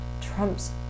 Trump's